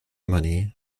money